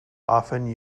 often